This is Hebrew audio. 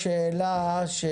שאלה,